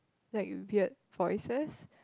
like weird voices